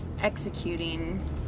executing